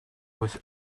with